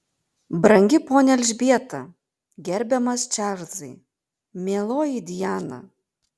brangi ponia elžbieta gerbiamas čarlzai mieloji diana